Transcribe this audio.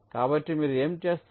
కాబట్టి మీరు ఏమి చేస్తారు